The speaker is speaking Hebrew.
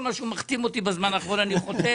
כל מה שהוא מחתים אותי אני חותם.